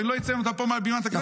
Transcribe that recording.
אני לא אציין אותה פה מעל בימת הכנסת.